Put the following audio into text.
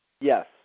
Yes